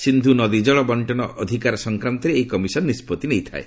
ସିନ୍ଧୁନଦୀ ଜଳ ବଣ୍ଚନ ଅଧୀକାର ସଂକ୍ରାନ୍ତରେ ଏହି କମିଶନ୍ ନିଷ୍ପଭି ନେଇଥାଏ